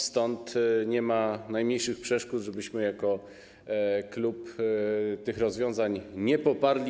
Stąd nie ma najmniejszych przeszkód, żebyśmy jako klub tych rozwiązań nie poparli.